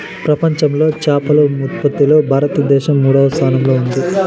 ప్రపంచంలో చేపల ఉత్పత్తిలో భారతదేశం మూడవ స్థానంలో ఉంది